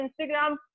Instagram